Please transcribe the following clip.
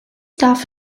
darf